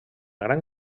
gran